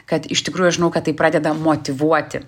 kad iš tikrųjų aš žinau kad tai pradeda motyvuoti